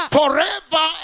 forever